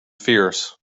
fierce